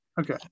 Okay